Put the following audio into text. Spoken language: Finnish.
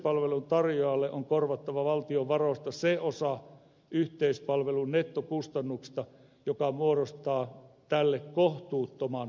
yleispalvelun tarjoajalle on korvattava valtion varoista se osa yleispalvelun nettokustannuksista joka muodostaa tälle kohtuuttoman taloudellisen rasitteen